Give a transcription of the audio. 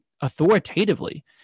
authoritatively